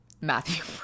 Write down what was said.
Matthew